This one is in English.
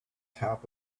top